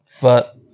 But-